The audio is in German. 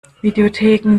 videotheken